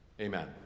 Amen